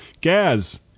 Gaz